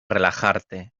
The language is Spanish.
relajarte